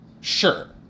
Sure